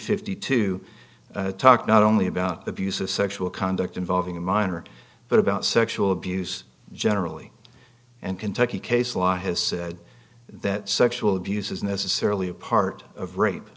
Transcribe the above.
fifty two talk not only about the views of sexual conduct involving a minor but about sexual abuse generally and kentucky case law has said that sexual abuse is necessarily a part of rape